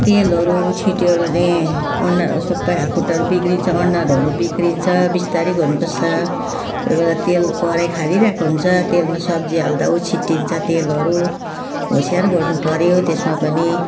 तेलहरू उछिटियो भने अनुहारहरू सबै हात खुट्टाहरू बिग्रन्छ अनुहारहरू बिग्रन्छ बिस्तारै गर्नु पर्छ कोही बेला तेल कराही खारिरहेको हुन्छ तेलमा सब्जी हाल्दा उछिटिन्छ तेलहरू होसियार गर्नु पर्यो त्यसमा पनि